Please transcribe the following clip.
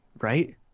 right